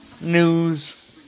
news